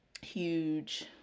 huge